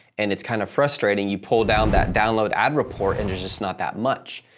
and it's kind of frustrating. you pull down that download ad report and there's just not that much.